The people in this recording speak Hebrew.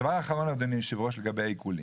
הדבר האחרון, אדוני היושב-ראש, לגבי העיקולים.